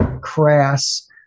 crass